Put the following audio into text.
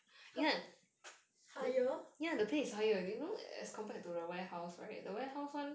high right